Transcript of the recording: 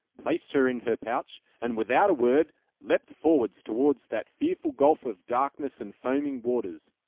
placed her in her pouch, and without a word leaped forward towards that fearful gulf of darkness and foaming waters.